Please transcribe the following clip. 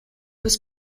was